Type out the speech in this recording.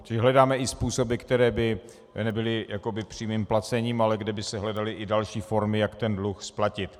Čili hledáme i způsoby, které by nebyly jakoby přímým placením, ale kde by se hledaly i další formy, jak dluh splatit.